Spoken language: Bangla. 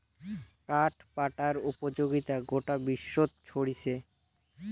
কাঠ পাটার উপযোগিতা গোটা বিশ্বত ছরিচে